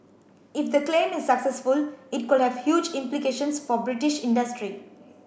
if the claim is successful it could have huge implications for British industry